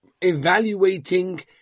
evaluating